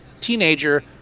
teenager